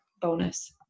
bonus